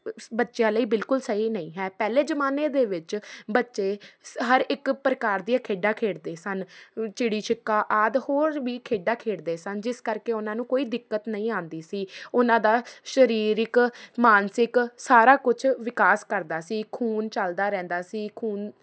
ਬੱਚਿਆਂ ਲਈ ਬਿਲਕੁਲ ਸਹੀ ਨਹੀਂ ਹੈ ਪਹਿਲੇ ਜ਼ਮਾਨੇ ਦੇ ਵਿੱਚ ਬੱਚੇ ਹਰ ਇੱਕ ਪ੍ਰਕਾਰ ਦੀਆਂ ਖੇਡਾਂ ਖੇਡਦੇ ਸਨ ਚਿੜੀ ਛਿੱਕਾ ਆਦਿ ਹੋਰ ਵੀ ਖੇਡਾਂ ਖੇਡਦੇ ਸਨ ਜਿਸ ਕਰਕੇ ਉਹਨਾਂ ਨੂੰ ਕੋਈ ਦਿੱਕਤ ਨਹੀਂ ਆਉਂਦੀ ਸੀ ਉਹਨਾਂ ਦਾ ਸਰੀਰਕ ਮਾਨਸਿਕ ਸਾਰਾ ਕੁਝ ਵਿਕਾਸ ਕਰਦਾ ਸੀ ਖੂਨ ਚੱਲਦਾ ਰਹਿੰਦਾ ਸੀ ਖੂਨ